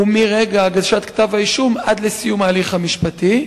ומרגע הגשת כתב-האישום עד סיום ההליך המשפטי?